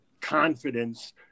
confidence